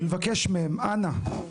ולבקש מהם, אנא,